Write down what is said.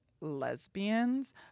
lesbians